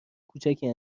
کوچکی